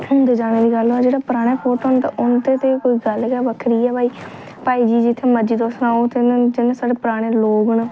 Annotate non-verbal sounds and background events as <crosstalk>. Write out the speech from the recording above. <unintelligible> जेह्ड़े पराने फोटो न उं'दी ते कोई गल्ल गै बक्खरी ऐ भाई जी जित्थे मर्जी तुस जाओ जेह्ड़े साढ़े पराने लोक न